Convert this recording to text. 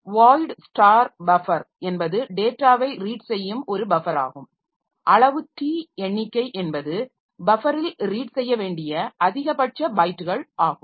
void star buffer என்பது டேட்டாவைப் read செய்யும் ஒரு பஃபர் ஆகும் அளவு t எண்ணிக்கை என்பது பஃபரில் ரீட் செய்ய வேண்டிய அதிகபட்ச பைட்டுகள் ஆகும்